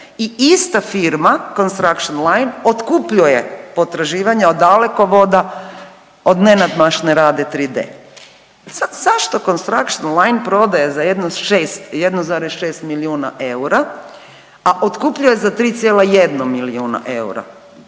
i ista firma Construction Line otkupljuje potraživanja od Dalekovoda od nenadmašne Rade 3D. I sad zašto Construction Line prodaje za 1,6 milijuna eura, a otkupljuje za 3,1 milijun eura?